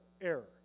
error